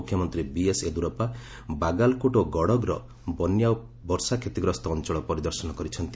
ମୁଖ୍ୟମନ୍ତ୍ରୀ ବିଏସ୍ ୟେଦୁରପ୍ତା ବାଗାଲକୋଟ୍ ଓ ଗଡ଼ଗର ବନ୍ୟା ଓ ବର୍ଷା କ୍ଷତିଗ୍ରସ୍ତ ଅଞ୍ଚଳ ପରିଦର୍ଶନ କରିଛନ୍ତି